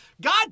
God